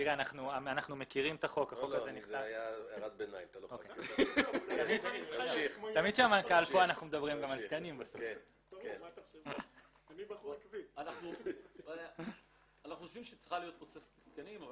אנחנו חושבים שצריכה להיות תוספת תקנים.